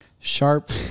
Sharp